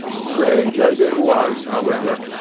strange as it was, however,